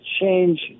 change